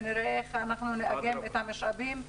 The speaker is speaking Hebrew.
ונראה איך אנחנו נאגם את המשאבים.